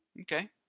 Okay